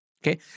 Okay